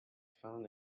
found